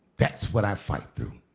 that's what i fight through.